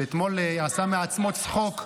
שאתמול עשה מעצמו צחוק.